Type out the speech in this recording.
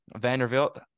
Vanderbilt